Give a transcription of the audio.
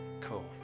Cool